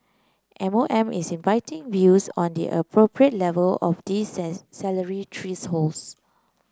M O M is inviting views on the appropriate level of these salary